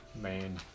Man